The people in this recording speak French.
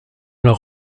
leurs